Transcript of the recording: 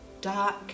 dark